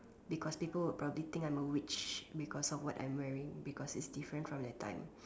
because people would probably think I'm a witch because of what I'm wearing because it's different from that time